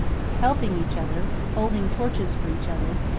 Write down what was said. helping each other, holding torches for each other,